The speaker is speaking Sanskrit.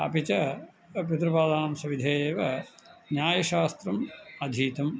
अपि च पितृपादानां सविधे एव न्यायशास्त्रम् अधीतम्